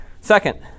Second